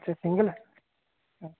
अच्छा सुंगल